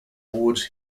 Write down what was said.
awards